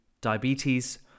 diabetes